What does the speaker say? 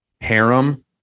harem